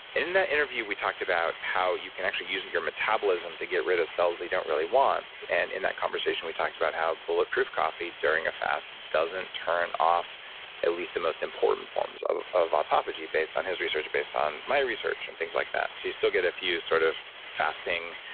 in that interview, we talked about how you can actually use and your metabolism to get rid of cells they don't really want and in that conversation, we talked about how bulletproof coffee during a fast doesn't turn off at least the most important forms of of autophagy, based on his research, based on my research, and things like that. so you still get a few sort of fasting